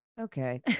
Okay